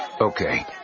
Okay